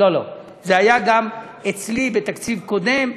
לא לא, זה היה גם אצלי, בתקציב קודם,